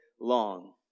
long